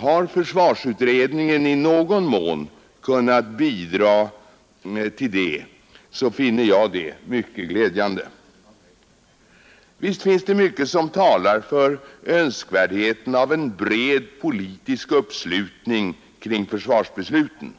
Har försvarsutredningen i någon mån kunnat bidraga till det finner jag det mycket glädjande. Visst är det mycket som talar för önskvärdheten av en bred politisk uppslutning kring försvarsbesluten.